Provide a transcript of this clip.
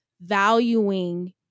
valuing